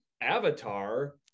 Avatar